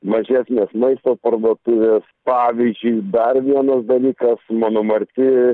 mažesnės maisto parduotuvės pavyzdžiui dar vienas dalykas mano marti